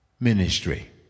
ministry